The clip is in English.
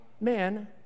man